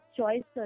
choice